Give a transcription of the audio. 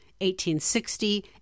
1860